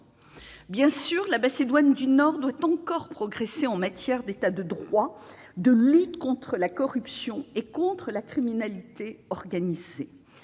Bien sûr, la Macédoine du Nord doit encore progresser en matière d'État de droit et de lutte contre la corruption et la criminalité organisée.